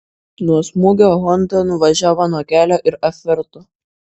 nuo smūgio honda nuvažiavo nuo kelio ir apvirto